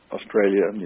Australia